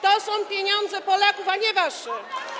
To są pieniądze Polaków, a nie wasze.